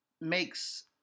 makes